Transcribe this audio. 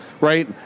right